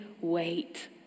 wait